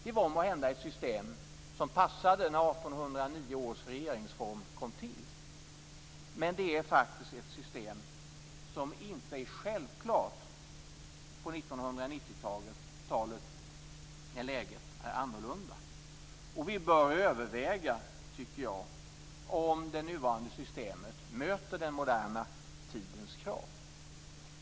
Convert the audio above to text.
Det var måhända ett system som passade när 1809 års regeringsform kom till, men det är faktiskt ett system som inte är självklart på 1990-talet när läget är annorlunda. Jag tycker att vi bör överväga om det nuvarande systemet möter den moderna tidens krav.